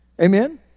Amen